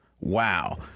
wow